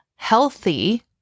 Healthy